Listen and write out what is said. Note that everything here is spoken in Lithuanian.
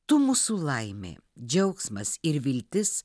tu mūsų laimė džiaugsmas ir viltis